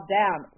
down